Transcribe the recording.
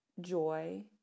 Joy